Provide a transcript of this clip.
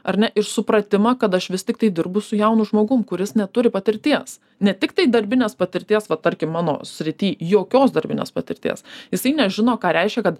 ar ne ir supratimą kad aš vis tiktai dirbu su jaunu žmogum kuris neturi patirties ne tiktai darbinės patirties va tarkim mano srity jokios darbinės patirties jisai nežino ką reiškia kad